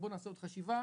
נעשה עוד חשיבה,